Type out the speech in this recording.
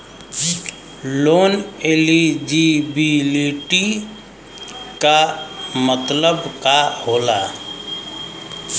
Loan eligibility का मतलब का होला?